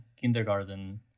kindergarten